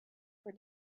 for